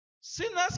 Sinners